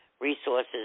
resources